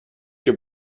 your